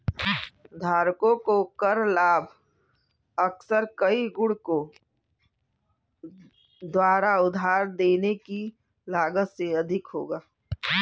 धारकों को कर लाभ अक्सर कई गुणकों द्वारा उधार लेने की लागत से अधिक होगा